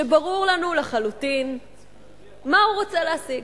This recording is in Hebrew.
שברור לנו לחלוטין מה הוא רוצה להשיג.